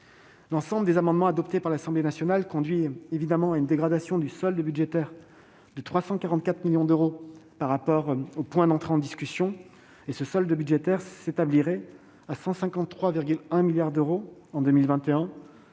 L'ensemble des amendements adoptés par l'Assemblée nationale conduit évidemment à une dégradation du solde budgétaire de 344 millions d'euros par rapport au point d'entrée en discussion. Ce solde budgétaire s'établirait à 153,1 milliards d'euros en 2021,